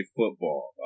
football